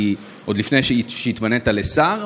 עוד לפני שהתמנית לשר,